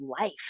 life